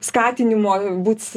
skatinimo būt